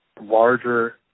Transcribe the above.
larger